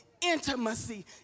intimacy